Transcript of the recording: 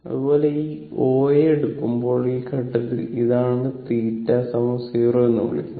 അതുപോലെ ഈ O A എടുക്കുമ്പോൾ ഈ ഘട്ടത്തിൽ ഇതാണ് θ 0 എന്ന് വിളിക്കുന്നത്